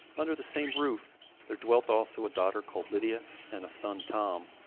under the same roof there dwelt also a daughter called lydia and a son, tom.